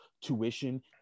tuition